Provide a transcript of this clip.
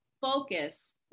focus